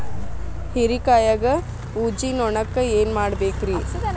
ಹೇರಿಕಾಯಾಗ ಊಜಿ ನೋಣಕ್ಕ ಏನ್ ಮಾಡಬೇಕ್ರೇ?